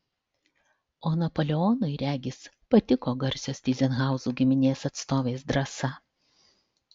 o napoleonui regis patiko garsios tyzenhauzų giminės atstovės drąsa